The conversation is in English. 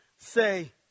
say